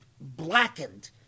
blackened